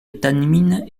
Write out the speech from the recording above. étamines